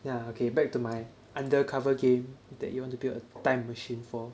ya okay back to my undercover game that you want to build a time machine for